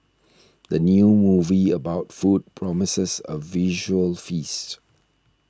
the new movie about food promises a visual feast